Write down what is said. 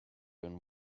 been